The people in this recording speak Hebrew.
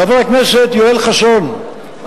חבר הכנסת יואל חסון,